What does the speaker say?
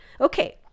Okay